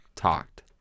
Talked